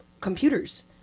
computers